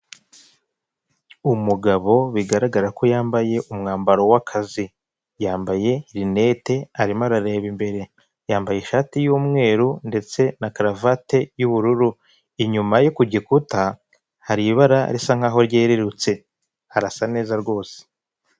Umugabo bigaragara ko yambaye umwambaro w'akazi, yambaye rinete arimo arareba imbere, yambaye ishati y'umweru ndetse na karuvati y'ubururu, inyuma ye ku gikuta hari ibara risa nkaho ryerurutse harasa neza rwose.